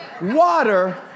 water